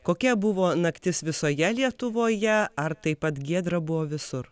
kokia buvo naktis visoje lietuvoje ar taip pat giedra buvo visur